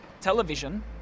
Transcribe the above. television